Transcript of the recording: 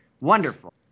wonderful